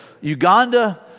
Uganda